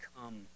come